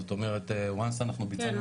זאת אומרת once אנחנו ביצענו פעילות --- כן,